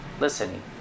listening